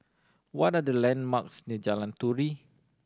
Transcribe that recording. what are the landmarks near Jalan Turi